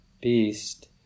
beast